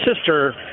sister